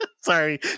Sorry